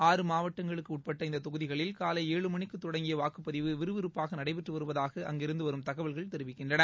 ஆறு மாவட்டங்களுக்கு உட்பட்ட இந்த தொகுதிகளில் காலை ஏழு மணிக்கு தொடங்கிய வாக்குப்பதிவு விறுவிறுப்பாக நடைபெற்று வருவதாக அங்கிருந்து வரும் தகவல்கள் தெரிவிக்கின்றன